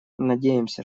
надеемся